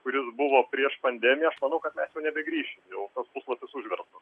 kuris buvo prieš pandemiją aš manau kad mes jau nebegrįšim jau tas puslapis užverstas